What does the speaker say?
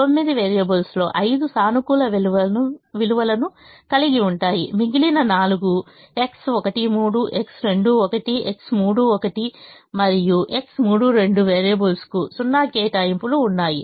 9 వేరియబుల్స్లో 5 సానుకూల విలువలను కలిగి ఉంటాయి మిగిలిన 4 X13 X21 X31 మరియు X32 వేరియబుల్స్లకు 0 కేటాయింపులు ఉన్నాయి